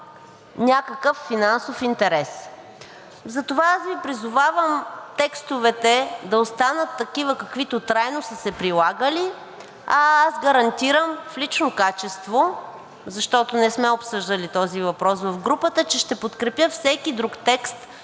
някакъв финансов интерес. Затова Ви призовавам текстовете да останат такива, каквито трайно са се прилагали, а аз гарантирам в лично качество, защото не сме обсъждали този въпрос в групата, че ще подкрепя всеки друг текст,